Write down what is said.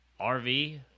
RV